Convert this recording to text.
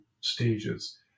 stages